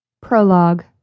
PROLOGUE